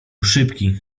szybki